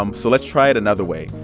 um so let's try it another way.